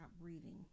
breathing